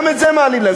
גם את זה מעלים להם.